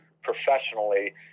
professionally